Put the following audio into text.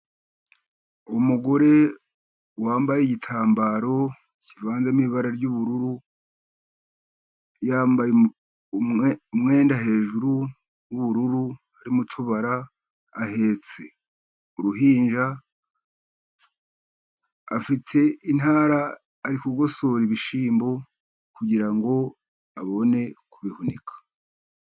Umugore wambaye igitambaro kivanzemo ibara ry'ubururu, yambaye umwenda hejuru w'ubururu, harimo utubara, ahetse uruhinja. Afite intara ari kugosora ibishyimbo kugira ngo abone kubihunika.